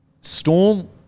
Storm